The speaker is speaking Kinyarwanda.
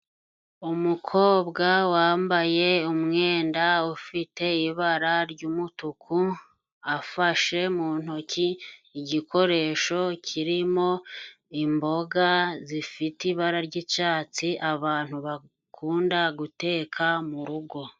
Umukobwa wambaye umwenda ufite ibara ry'umutuku afashe mu ntoki igikoresho kirimo imboga zifite ibara ry'icatsi abantu bakunda guteka muru rugo.